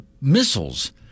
missiles